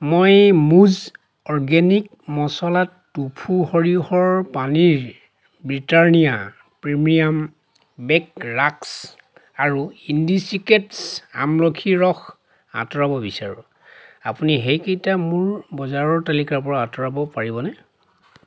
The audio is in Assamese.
মই মুজ অৰ্গেনিক মছলা টোফু সৰিয়হৰ পানীৰ ব্ৰিটানিয়া প্ৰিমিয়াম বে'ক ৰাস্ক আৰু ইণ্ডিছিক্ৰেটছ্ আমলখিৰ ৰস আঁতৰাব বিচাৰোঁ আপুনি সেইকেইটা মোৰ বজাৰৰ তালিকাৰ পৰা আঁতৰাব পাৰিবনে